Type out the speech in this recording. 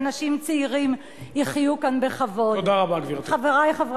שעשה יד אחת עם בעלי